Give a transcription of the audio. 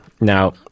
Now